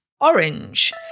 orange